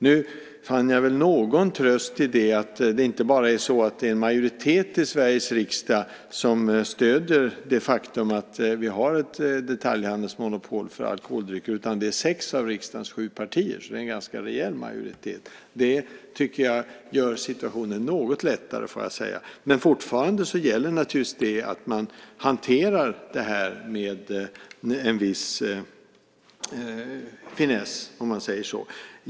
Jag fann väl någon tröst i att det inte bara är en majoritet i Sveriges riksdag som stöder det faktum att vi har ett detaljhandelsmonopol för alkoholdrycker, utan det är sex av riksdagens sju partier som stöder det så det är alltså en ganska rejäl majoritet. Det tycker jag gör situationen något lättare, får jag säga. Men fortfarande gäller att man hanterar detta med viss finess om man säger så.